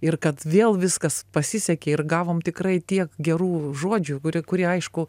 ir kad vėl viskas pasisekė ir gavom tikrai tiek gerų žodžių kurie aišku